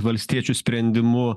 valstiečių sprendimu